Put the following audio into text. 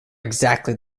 exactly